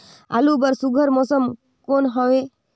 आलू बर सुघ्घर मौसम कौन हवे?